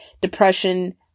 depression